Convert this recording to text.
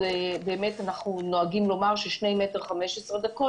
אז באמת אנחנו נוהגים לומר ששני מטר ו-15 דקות,